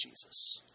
jesus